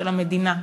של המדינה.